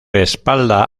espalda